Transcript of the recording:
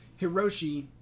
Hiroshi